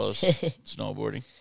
snowboarding